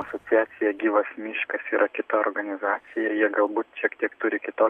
asociacija gyvas miškas yra kita organizacija jie galbūt šiek tiek turi kito